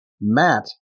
Matt